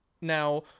now